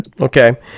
Okay